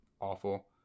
awful